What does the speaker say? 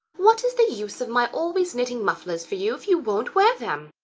what is the use of my always knitting mufflers for you if you won't wear them?